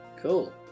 Cool